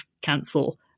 cancel